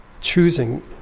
Choosing